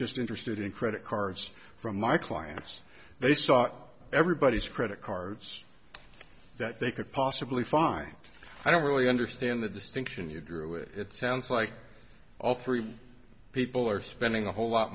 just interested in credit cards from my clients they saw everybody's credit cards that they could possibly find i don't really understand the distinction you drew it it sounds like all three people are spending a whole lot